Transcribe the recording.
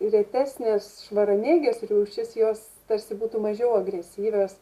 retesnės švaramėgės rūšys jos tarsi būtų mažiau agresyvios